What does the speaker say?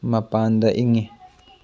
ꯃꯄꯥꯟꯗ ꯏꯪꯉꯦ